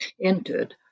entered